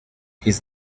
his